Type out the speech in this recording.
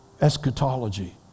eschatology